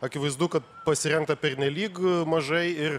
akivaizdu kad pasirengta pernelyg mažai ir